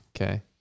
Okay